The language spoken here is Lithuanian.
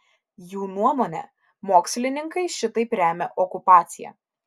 jų nuomone mokslininkai šitaip remia okupaciją